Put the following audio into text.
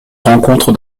rencontre